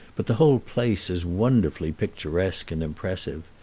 but the whole place is wonderfully picturesque and impressive.